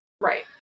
Right